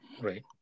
Right